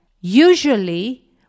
Usually